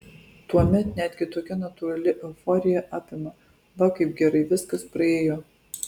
tuomet netgi tokia natūrali euforija apima va kaip gerai viskas praėjo